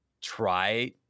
try